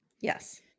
yes